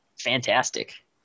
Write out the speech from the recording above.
fantastic